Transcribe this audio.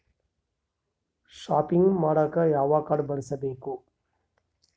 Shopping ಮಾಡಾಕ ಯಾವ card ಬಳಸಬೇಕು?